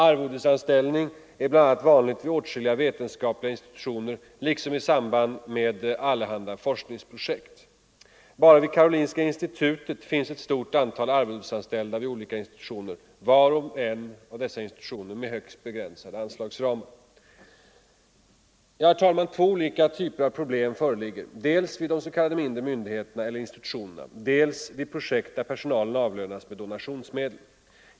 Arvodesanställning är bl.a. vanlig vid åtskilliga vetenskapliga institutioner liksom i samband 191 med allehanda forskningsprojekt. Bara vid Karolinska institutet finns ett stort antal arvodesanställda vid olika institutioner — var och en av dessa institutioner har högst begränsade anslagsramar. Herr talman! Två olika typer av problem föreligger: dels vid de s.k. mindre myndigheterna eller institutionerna, dels vid projekt där personalen avlönas med donationsmedel.